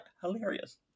hilarious